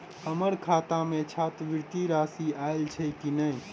हम्मर खाता मे छात्रवृति राशि आइल छैय की नै?